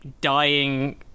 dying